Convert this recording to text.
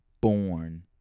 born